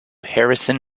harrison